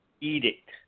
edict